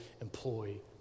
employee